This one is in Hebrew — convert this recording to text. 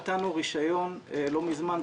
נתנו רישיון לא מזמן,